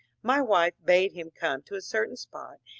my wife bade him come to a certain spot,